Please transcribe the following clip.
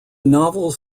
novels